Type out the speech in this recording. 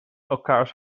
elkaars